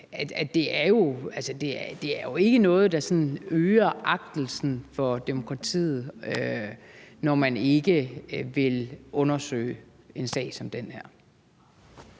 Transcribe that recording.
det, at det ikke er noget, der sådan øger agtelsen for demokratiet, når man ikke vil undersøge en sag som den her.